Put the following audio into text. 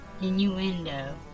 Innuendo